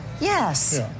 Yes